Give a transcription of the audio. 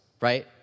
right